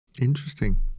interesting